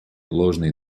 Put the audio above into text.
ложный